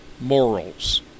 morals